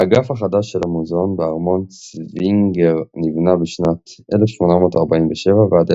האגף החדש של המוזיאון בארמון צווינגר נבנה בשנים 1847 ועד